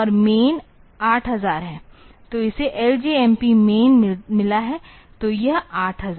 तो इसे LJMP मैन मिला है तो यह 8000 है